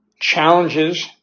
challenges